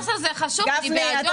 המס הזה חשוב, אני בעדו.